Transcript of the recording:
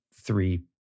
three